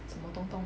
什么东东